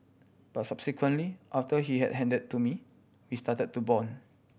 but subsequently after he had handed to me we started to bond